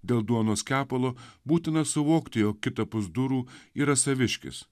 dėl duonos kepalo būtina suvokti o kitapus durų yra saviškis